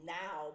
now